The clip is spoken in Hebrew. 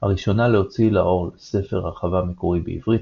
הראשונה להוציא לאור ספר הרחבה מקורי בעברית